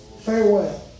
Farewell